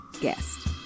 guest